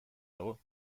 dago